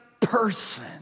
person